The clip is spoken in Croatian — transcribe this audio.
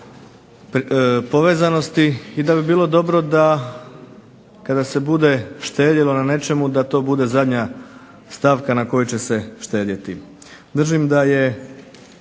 povezanosti i da bi bilo dobro da kada se bude štedjelo na nečemu da to bude zadnja stavka na kojoj će se štedjeti. Držim da je